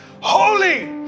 holy